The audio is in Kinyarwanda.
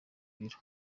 biro